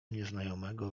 nieznajomego